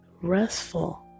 restful